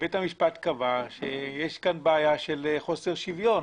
ובית המשפט קבע שיש פה בעיה של חוסר שוויון.